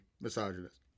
misogynist